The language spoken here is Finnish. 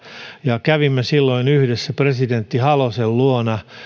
ja kävimme silloin yhdessä presidentti halosen luona